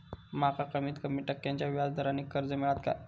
माका कमीत कमी टक्क्याच्या व्याज दरान कर्ज मेलात काय?